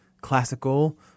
classical